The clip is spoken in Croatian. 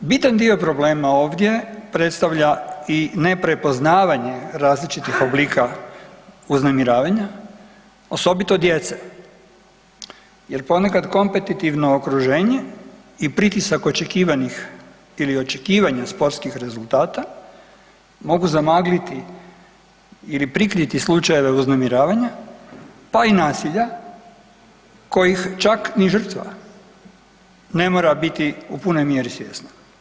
Bitan dio problema ovdje predstavlja i neprepoznavanje različitih oblika uznemiravanja, osobito djece jer ponekad kompetitivno okruženje i pritisak očekivanih ili očekivanja sportskih rezultata mogu zamagliti ili prikriti slučajeve uznemiravanja, pa i nasilja kojih čak ni žrtva ne mora biti u punoj mjeri svjesna.